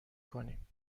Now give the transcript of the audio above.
کنیم